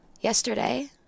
yesterday